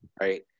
right